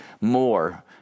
more